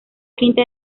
quinta